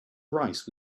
rice